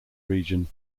region